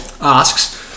asks